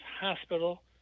Hospital